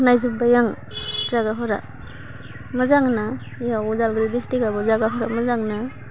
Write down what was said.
नायजोब्बाय आं जागाफोरा मोजांना इयाव अदालगुरि डिस्टिक्टआबो जायगाफ्रा मोजांना